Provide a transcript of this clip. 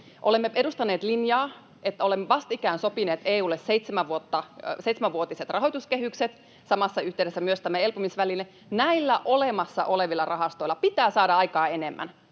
Olemme edustaneet linjaa, että olemme vastikään sopineet EU:lle seitsemänvuotiset rahoituskehykset, samassa yhteydessä myös tämä elpymisväline. Näillä olemassa olevilla rahastoilla pitää saada aikaan enemmän.